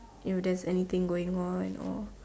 if there is anything going on and all